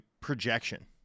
projection